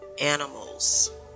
animals